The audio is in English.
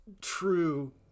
True